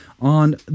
on